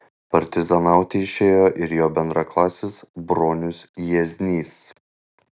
partizanauti išėjo ir jo bendraklasis bronius jieznys